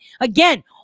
Again